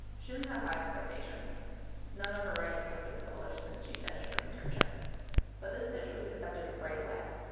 she didn't have high expectations none of her writing hadn't been published since she finished her internship but this pitch was accepted right away.